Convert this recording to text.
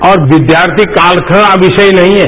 और विद्यार्थी काल का विषय नहीं है